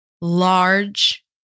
large